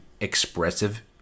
expressive